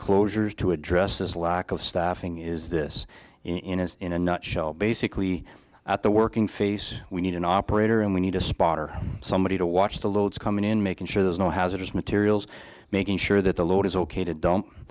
closures to address this lack of staffing is this in is in a nut shell basically at the working face we need an operator and we need a spotter somebody to watch the loads coming in making sure there's no hazardous materials making sure that the load is ok to don't